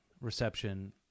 reception